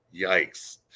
yikes